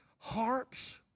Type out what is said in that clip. harps